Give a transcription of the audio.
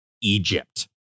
Egypt